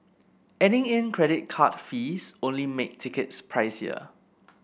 adding in credit card fees only make tickets pricier